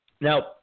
Now